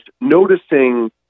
noticing